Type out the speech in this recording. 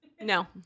No